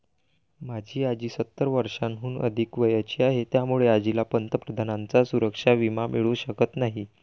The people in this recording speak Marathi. माझी आजी सत्तर वर्षांहून अधिक वयाची आहे, त्यामुळे आजीला पंतप्रधानांचा सुरक्षा विमा मिळू शकत नाही